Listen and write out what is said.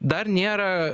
dar nėra